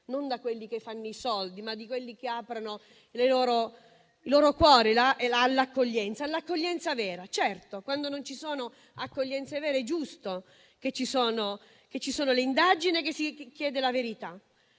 non da quelli che fanno i soldi, ma da quelli che aprono il loro cuore all'accoglienza vera. Certo, quando non ci sono accoglienze vere, è giusto che ci siano indagini e che si chieda la verità,